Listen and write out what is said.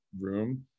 room